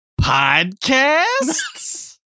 Podcasts